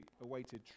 awaited